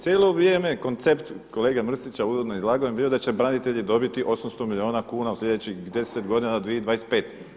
Cijelo vrijeme koncept kolege Mrsića uredno izlaganje je bilo da će branitelji dobiti 800 milijuna kuna u sljedećih 10 godina 2025.